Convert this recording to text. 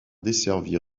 desservies